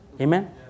Amen